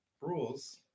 rules